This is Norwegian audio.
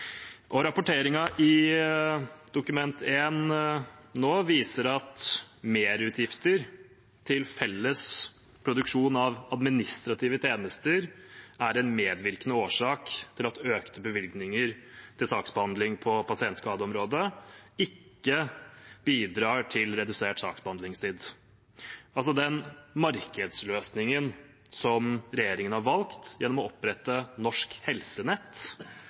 i Dokument 1 viser at merutgifter til felles produksjon av administrative tjenester er en medvirkende årsak til at økte bevilgninger til saksbehandling på pasientskadeområdet ikke bidrar til redusert saksbehandlingstid – den markedsløsningen som regjeringen har valgt gjennom å opprette Norsk Helsenett,